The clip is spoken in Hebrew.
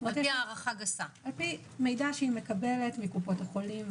לפי מידע שהיא מקבלת מקופות החולים,